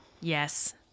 yes